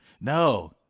No